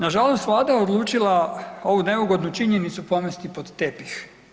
Nažalost vlada je odlučila ovu neugodnu činjenicu pomesti pod tepih.